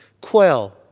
quell